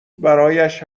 برایش